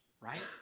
right